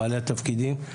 בעלי התפקידים.